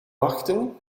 wachten